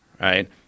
right